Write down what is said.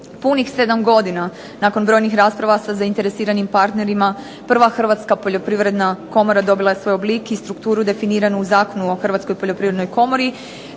Punih 7 godina nakon brojnih rasprava sa zainteresiranim partnerima prva Hrvatska poljoprivredna komora dobila je svoj oblik i strukturu definirano u Zakonu o Hrvatskoj poljoprivrednoj komori.